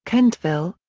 kentville,